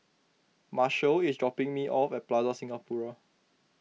Marshal is dropping me off at Plaza Singapura